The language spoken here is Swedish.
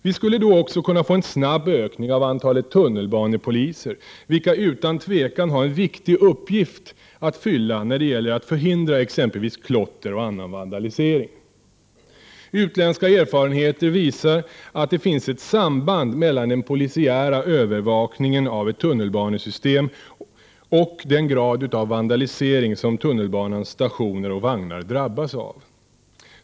Vi skulle då också kunna få en snabb ökning av antalet tunnelbanepoliser, vilka utan tvivel har en viktig uppgift att fylla när det gäller att förhindra exempelvis klotter och annan vandalisering. Utländska erfarenheter visar att det finns ett samband mellan den polisiära övervakningen av ett tunnelbane system och den grad av vandalisering som tunnelbanans stationer och vagnar drabbas av.